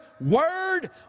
word